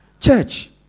Church